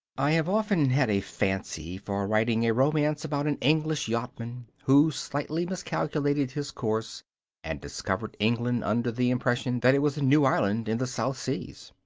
i have often had a fancy for writing a romance about an english yachtsman who slightly miscalculated his course and discovered england under the impression that it was a new island in the south seas.